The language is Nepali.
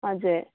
हजुर